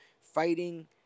fighting